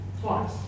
twice